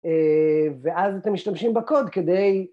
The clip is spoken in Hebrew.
ואז אתם משתמשים בקוד כדי